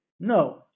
No